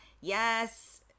Yes